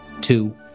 two